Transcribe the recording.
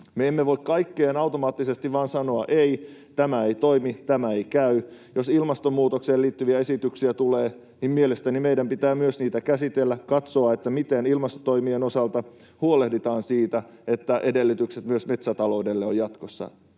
Me emme voi kaikkeen automaattisesti vain sanoa: ei, tämä ei toimi, tämä ei käy. Jos ilmastonmuutokseen liittyviä esityksiä tulee, niin mielestäni meidän pitää myös niitä käsitellä, katsoa, miten ilmastotoimien osalta huolehditaan siitä, että edellytykset metsätaloudelle ovat